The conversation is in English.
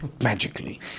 magically